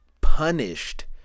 punished